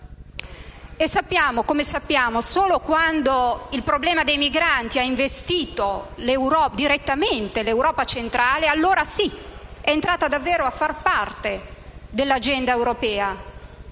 Sappiamo che, solo quando il problema dei migranti ha investito direttamente l'Europa centrale, esso è entrato davvero a far parte dell'agenda europea